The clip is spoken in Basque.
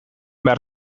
behar